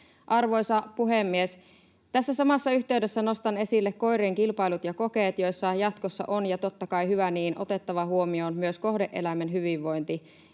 Arvoisa puhemies! Tässä samassa yhteydessä nostan esille koirien kilpailut ja kokeet, joissa jatkossa on — ja totta kai hyvä niin — otettava huomioon myös kohde-eläimen hyvinvointi.